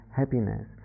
happiness